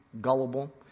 gullible